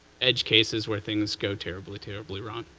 edge cases where things go terribly, terribly wrong.